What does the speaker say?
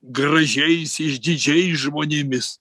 gražiais išdidžiais žmonėmis